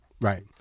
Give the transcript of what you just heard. Right